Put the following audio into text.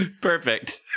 perfect